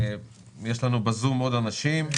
יש לנו בזום עוד אנשים.